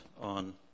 on